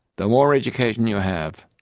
the more education you have,